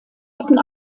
hatten